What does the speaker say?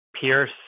Pierce